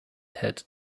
had